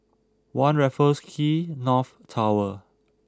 One Raffles Quay North Tower